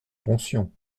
pension